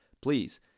Please